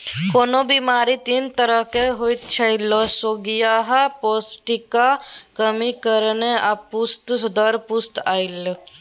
कोनो बेमारी तीन तरहक होइत छै लसेंगियाह, पौष्टिकक कमी कारणेँ आ पुस्त दर पुस्त आएल